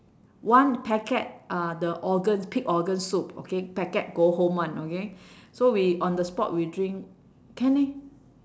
one packet uh the organs pig organ soup okay packet go home one okay so we on the spot we drink can meh